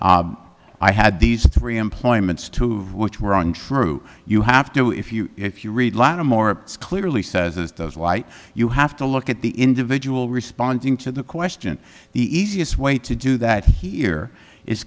say i had these three employments to which were untrue you have to if you if you read lot of more clearly says it's those like you have to look at the individual responding to the question the easiest way to do that here is